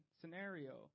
scenario